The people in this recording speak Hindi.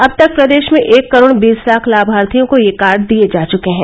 अब तक प्रदेश में एक करोड़ बीस लाख लामार्थियों को यह कार्ड दिए जा चुके हैं